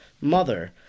mother